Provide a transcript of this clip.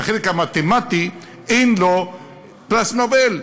לחלק המתמטי אין לו פרס נובל.